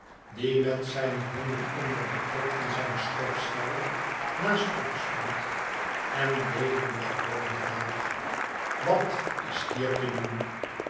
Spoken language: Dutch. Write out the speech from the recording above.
die met zijne handen onder de klep van zijn schootsvel naast ons stond en deden de gewone vraag wat is hier te doen